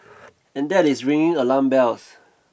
and that is ringing alarm bells